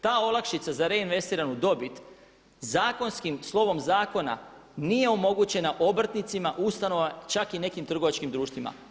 Ta olakšica za reinvestiranu dobit zakonskim, slovom zakona nije omogućena obrtnicima, ustanovama čak i nekim trgovačkim društvima.